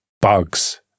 bugs